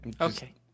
Okay